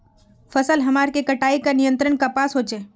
फसल हमार के कटाई का नियंत्रण कपास होचे?